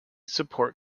support